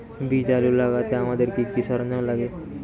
বীজ আলু লাগাতে আমাদের কি কি সরঞ্জাম লাগে?